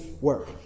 work